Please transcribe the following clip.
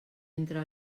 entra